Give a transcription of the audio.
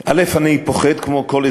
אני פוחד כמו כל אזרח בישראל.